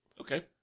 Okay